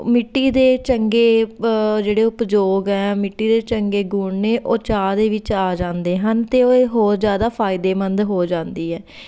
ਉਹ ਮਿੱਟੀ ਦੇ ਚੰਗੇ ਜਿਹੜੇ ਉਪਯੋਗ ਹੈ ਮਿੱਟੀ ਦੇ ਚੰਗੇ ਗੁਣ ਨੇ ਉਹ ਚਾਹ ਦੇ ਵਿੱਚ ਆ ਜਾਂਦੇ ਹਨ ਅਤੇ ਇਹ ਹੋਰ ਜ਼ਿਆਦਾ ਫਾਇਦੇਮੰਦ ਹੋ ਜਾਂਦੀ ਹੈ